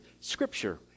Scripture